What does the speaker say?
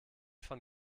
von